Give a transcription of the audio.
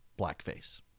Blackface